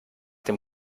dem